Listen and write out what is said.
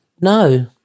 no